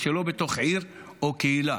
שלא בתוך עיר או קהילה.